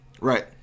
Right